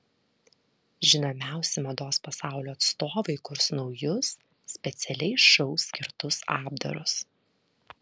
žinomiausi mados pasaulio atstovai kurs naujus specialiai šou skirtus apdarus